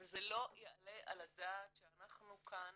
אבל זה לא יעלה על הדעת שאנחנו כאן